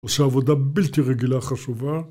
עושה עבודה בלתי רגילה חשובה.